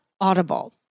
Audible